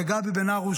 לגבי בן הרוש,